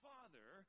Father